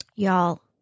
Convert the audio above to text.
Y'all